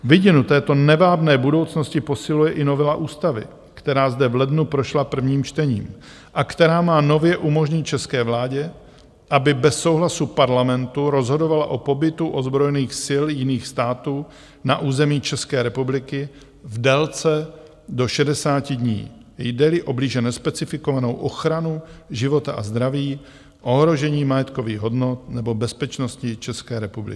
Vidinu této nevábné budoucnosti posiluje i novela ústavy, která zde v lednu prošla prvním čtením a která má nově umožnit české vládě, aby bez souhlasu Parlamentu rozhodovala o pobytu ozbrojených sil jiných států na území České republiky v délce do 60 dní, jdeli o blíže nespecifikovanou ochranu života a zdraví, ohrožení majetkových hodnot nebo bezpečnosti České republiky.